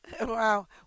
Wow